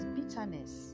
bitterness